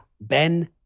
ben